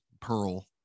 Pearl